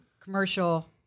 commercial